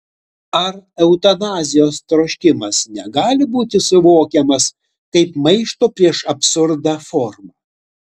ar eutanazijos troškimas negali būti suvokiamas kaip maišto prieš absurdą forma